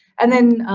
and then,